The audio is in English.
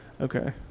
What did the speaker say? Okay